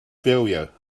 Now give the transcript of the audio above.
failure